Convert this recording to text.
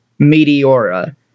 Meteora